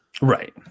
right